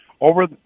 Over